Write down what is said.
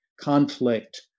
conflict